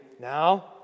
Now